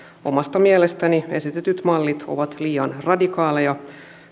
omasta mielestäni esitetyt mallit ovat liian radikaaleja